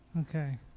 Okay